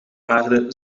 aarde